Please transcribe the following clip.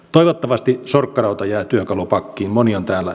toivottavasti sorkkarauta jää työkalupakkiin moni on täällä